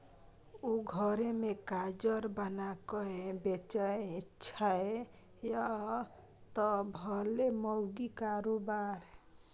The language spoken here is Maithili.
ओ घरे मे काजर बनाकए बेचय छै यैह त भेलै माउगीक कारोबार